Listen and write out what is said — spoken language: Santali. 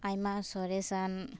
ᱟᱭᱢᱟ ᱥᱚᱨᱮᱥᱟᱱ